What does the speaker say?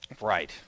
Right